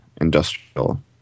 industrial